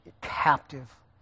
captive